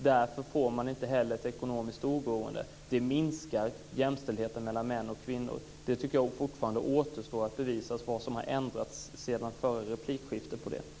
Därför får de inte heller ett ekonomiskt oberoende. Det minskar jämställdheten mellan män och kvinnor. Jag tycker att det fortfarande återstår att bevisa vad som har ändrats sedan det förra replikskiftet när det gäller detta.